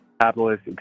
capitalist